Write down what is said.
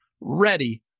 ready